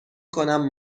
کنم